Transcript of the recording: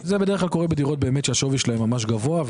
זה קורה בדירות שהשווי שלהן ממש גבוה.